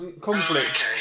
Conflicts